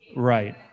right